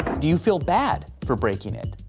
do you feel bad for breaking it?